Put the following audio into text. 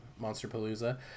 Monsterpalooza